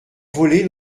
volé